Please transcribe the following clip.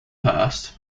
past